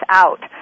out